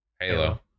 halo